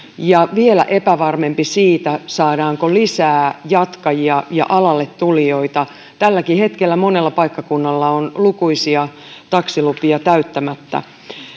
ja vielä epävarmempi siitä saadaanko lisää jatkajia ja alalle tulijoita tälläkin hetkellä monella paikkakunnalla on lukuisia taksilupia täyttämättä